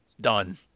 Done